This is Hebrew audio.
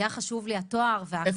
כי היה חשוב לי התואר והאקדמיה.